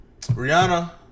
Rihanna